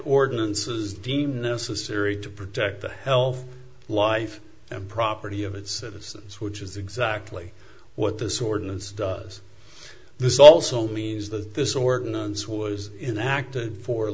ordinances deemed necessary to protect the health life and property of its citizens which is exactly what this ordinance does this also means that this ordinance was in acted for